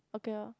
okay lor